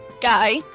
guy